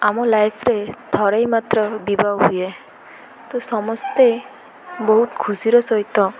ଆମ ଲାଇଫ୍ରେ ଥରେ ମାତ୍ର ବିବାହ ହୁଏ ତ ସମସ୍ତେ ବହୁତ ଖୁସିର ସହିତ